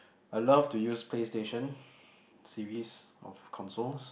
I love to use PlayStation series of consoles